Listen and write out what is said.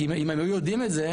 כי אם היו יודעים את זה,